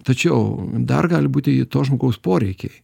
tačiau dar gali būti į to žmogaus poreikiai